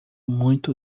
muito